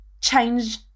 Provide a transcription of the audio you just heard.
change